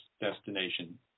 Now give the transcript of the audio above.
destination